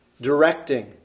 directing